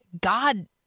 God